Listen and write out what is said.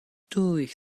durch